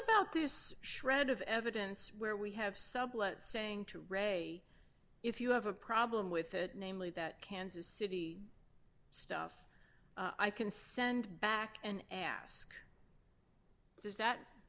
about this shred of evidence where we have sublet saying to read a if you have a problem with it namely that kansas city stuff i can send back and ask does that